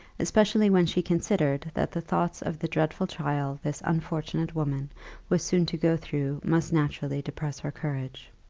especially when she considered that the thoughts of the dreadful trial this unfortunate woman was soon to go through must naturally depress her courage.